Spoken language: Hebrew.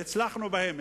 והצלחנו בהם,